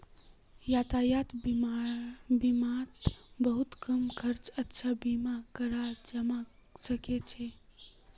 यातायात बीमात बहुत कम खर्चत अच्छा बीमा कराल जबा सके छै